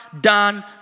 done